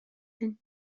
den